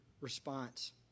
response